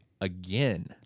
again